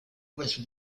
was